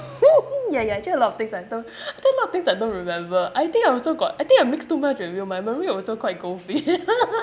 ya ya actually a lot of things I don't I think a lot of things I don't remember I think I also got I think I mix too much with you my memory also quite goldfish